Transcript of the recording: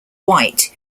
white